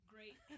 Great